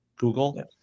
google